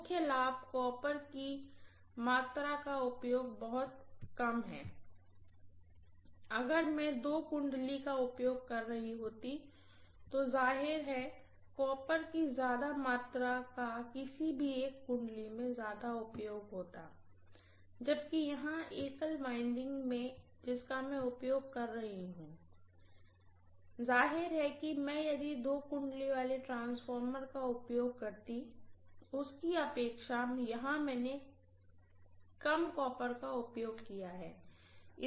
मुख्य लाभ कॉपर की मात्रा का उपयोग बहुत कम है अगर में दो वाइंडिंग का उपयोग कर रही होती तो तो ज़ाहिर है कॉपर की ज्यादा मात्रा का किसी भी एक वाइंडिंग में ज्यादा उपयोग होता जबकि यहां एक सिंगल वाइंडिंग जिसका मैं उपयोग कर रही हूँ जाहिर है कि मैं यदि दो वाइंडिंग वाले ट्रांसफार्मर का उपयोग करती उसके अपेक्षा यहाँ मैंने काम कॉपर का उपयोग किया है